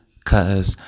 cause